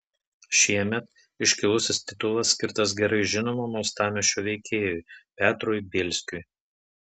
šiemet iškilusis titulas skirtas gerai žinomam uostamiesčio veikėjui petrui bielskiui